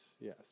yes